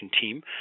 team